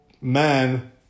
man